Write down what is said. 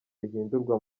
rihindurwa